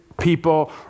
people